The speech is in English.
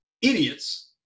idiots